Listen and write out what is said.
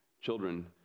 children